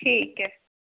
ठीक ऐ